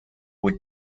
would